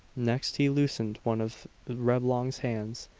next he loosened one of reblong's hands,